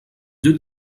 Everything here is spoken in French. deux